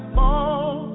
fall